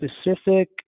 specific